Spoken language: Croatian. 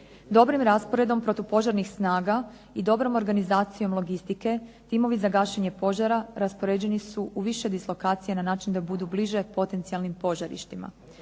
Dobrim rasporedom protupožarnih snaga i dobrom organizacijom logistike timovi za gašenje požara raspoređeni su u više dislokacija na način da budu bliže potencijalnim požarištima.